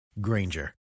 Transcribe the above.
Granger